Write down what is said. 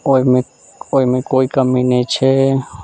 ओहिमे ओहिमे कोइ कमी नहि छै